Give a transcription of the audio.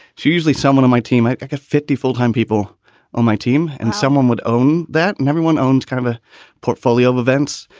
she usually someone on my team, i get like fifty full time people on my team and someone would own that. and everyone owns kind of a portfolio of events,